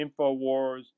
Infowars